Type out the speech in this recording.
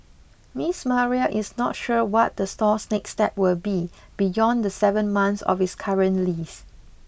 Miss Maria is not sure what the store's next step will be beyond the seven months of its current lease